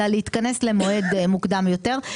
אלא להתכנס למועד מוקדם יותר.